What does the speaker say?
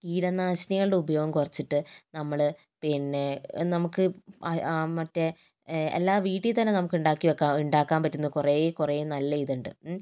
കീടനാശിനികളുടെ ഉപയോഗം കുറച്ചിട്ട് നമ്മൾ പിന്നെ നമുക്ക് മറ്റേ എല്ലാ വീട്ടിൽ തന്നെ നമുക്ക് ഉണ്ടാക്കി വെക്കാൻ ഉണ്ടാക്കാൻ പറ്റുന്ന കുറേ കുറേ നല്ല ഇതൊണ്ട്